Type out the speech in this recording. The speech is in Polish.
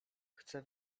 chcę